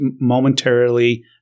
momentarily –